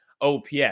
OPS